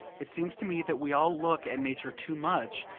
it seems to me that we all look at nature too much,